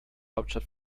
hauptstadt